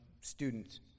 students